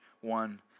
one